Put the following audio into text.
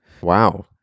Wow